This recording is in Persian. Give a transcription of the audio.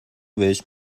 بهش